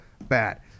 bad